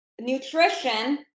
nutrition